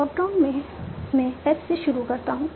top down में मैं S से शुरू करता हूं